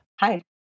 Hi